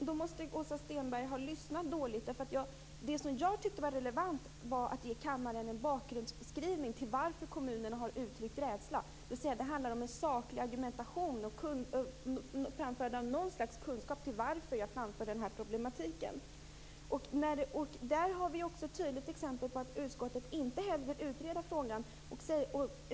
Fru talman! Åsa Stenberg måste ha lyssnat dåligt. Det jag tyckte var relevant var att ge kammaren en bakgrundsbeskrivning till varför kommunerna har uttryckt rädsla. Det handlar om en saklig argumentation och framförande av något slags kunskap om varför jag tar upp den här problematiken. Där har vi också ett tydligt exempel på att utskottet inte heller vill utreda frågan.